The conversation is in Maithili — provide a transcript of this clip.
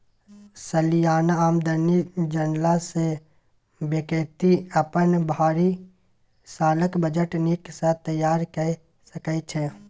सलियाना आमदनी जनला सँ बेकती अपन भरि सालक बजट नीक सँ तैयार कए सकै छै